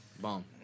Bomb